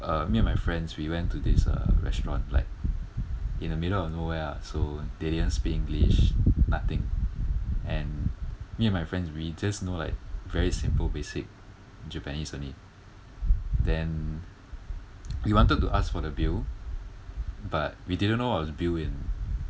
uh me and my friends we went to this uh restaurant like in the middle of nowhere lah so they didn't speak english nothing and me and my friends we just know like very simple basic japanese only then we wanted to ask for the bill but we didn't know what was bill in